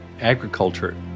Agriculture